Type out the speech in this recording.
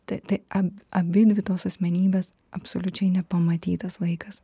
tai tai a abidvi tos asmenybės absoliučiai nepamatytas vaikas